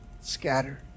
scattered